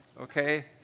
okay